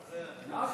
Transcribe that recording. מה,